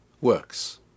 works